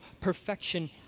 perfection